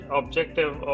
objective